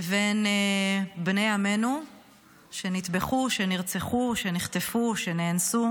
לבין בני עמנו שנטבחו, שנרצחו, שנחטפו, שנאנסו,